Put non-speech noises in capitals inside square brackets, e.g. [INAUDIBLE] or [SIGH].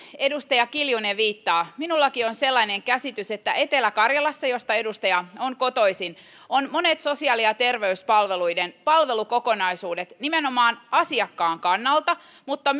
edustaja kiljunen viittaa minullakin on sellainen käsitys että etelä karjalassa josta edustaja on kotoisin on monet sosiaali ja terveyspalveluiden palvelukokonaisuudet nimenomaan asiakkaan kannalta mutta [UNINTELLIGIBLE]